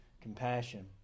compassion